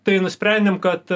tai nusprendėm kad